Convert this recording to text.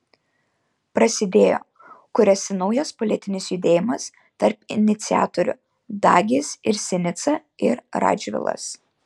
prasidėjo kuriasi naujas politinis judėjimas tarp iniciatorių dagys ir sinica ir radžvilas